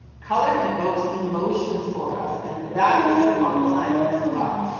color evokes emotions for us and that is true online as well.